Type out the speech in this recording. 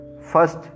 first